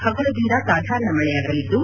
ಹಗುರದಿಂದ ಸಾಧಾರಣ ಮಳೆಯಾಗಲಿದ್ದು